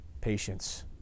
Patience